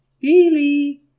Billy